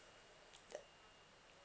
the